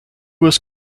was